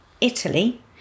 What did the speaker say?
Italy